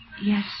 Yes